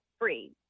free